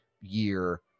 year